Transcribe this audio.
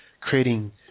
creating